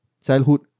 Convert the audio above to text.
Childhood